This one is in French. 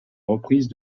reprise